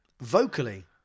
Vocally